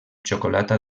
xocolata